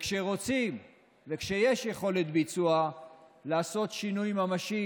וכשרוצים וכשיש יכולת ביצוע לעשות שינוי ממשי,